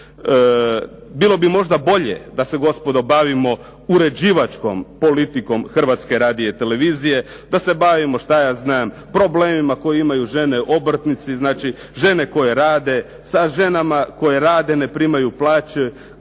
Bilo bi možda bolje da se gospodo možda bavimo uređivačkom politikom Hrvatske radio televizije, da se bavimo problemima koje imaju žene obrtnici, znači žene koje rade, sa ženama koje rade a ne primaju plaće,